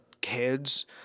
kids